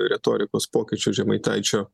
retorikos pokyčių žemaitaičio